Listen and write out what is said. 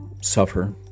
suffer